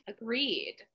Agreed